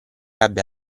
abbia